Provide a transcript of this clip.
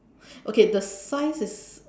okay the size is